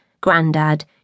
Grandad